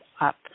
up